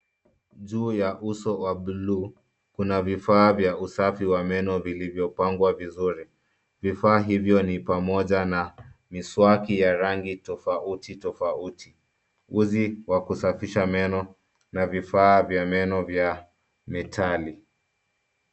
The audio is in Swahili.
Juu ya uso wa buluu kuna vifaa ya usafi wa meno vilivyopangwa vizuri vifaa hivyo ni pamoja na mswaki ya rangi tofauti tofauti. Uzi wa kusafisha meno na vifaa vya meno vya metali.